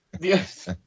yes